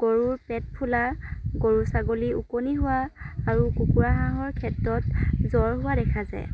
গৰুৰ পেট ফুলা গৰু ছাগলীৰ ওকণি হোৱা আৰু কুকুৰা হাঁহৰ ক্ষেত্ৰত জ্বৰ হোৱা দেখা যায়